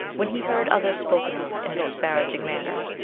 when he heard others spoken of in a disparaging manner.